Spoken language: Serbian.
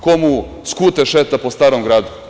Ko mu skute šeta po Starom Gradu?